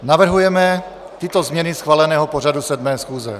Navrhujeme tyto změny schváleného pořadu 7. schůze: